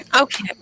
Okay